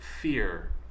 fear